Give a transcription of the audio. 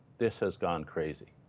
this has gone crazy.